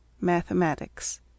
Mathematics